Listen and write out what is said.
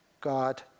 God